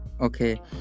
Okay